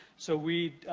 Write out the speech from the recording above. so, we,